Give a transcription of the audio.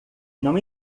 não